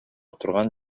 турган